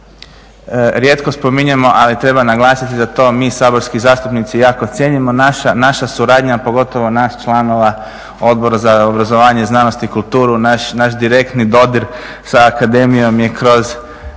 rijetko spominjemo, ali treba naglasiti da to mi saborski zastupnici jako cijenimo. Naša suradnja, pogotovo nas članova Odbora za obrazovanje, znanost i kulturu, naš direktni dodir sa akademijom je kroz